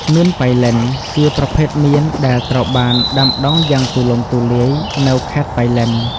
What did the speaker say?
មៀនប៉ៃលិន ជាប្រភេទមៀនដែលត្រូវបានដាំដុះយ៉ាងទូលំទូលាយនៅខេត្តប៉ៃលិន។